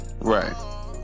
Right